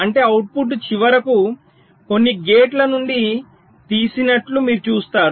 అంటే అవుట్పుట్లు చివరకు కొన్ని గేట్ల నుండి తీసినట్లు మీరు చూస్తారు